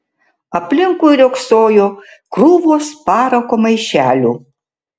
aplinkui riogsojo krūvos parako maišelių